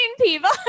people